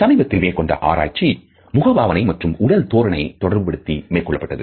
சமீபத்தில் மேற்கொண்ட ஆராய்ச்சி முகபாவனை மற்றும் உடல் தோரணை தொடர்புபடுத்தி மேற்கொள்ளப்பட்டது